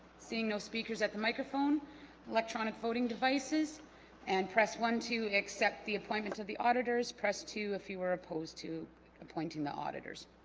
seeing no speakers at the microphone electronic voting devices and press one to accept the appointment of the auditors press two if you were opposed to appointing the auditors